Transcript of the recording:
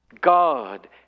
God